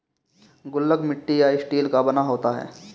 गुल्लक मिट्टी या स्टील का बना होता है